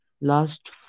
last